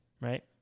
right